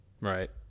Right